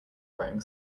wearing